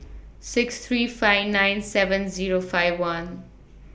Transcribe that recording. six three five nine seven Zero five one